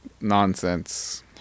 nonsense